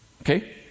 Okay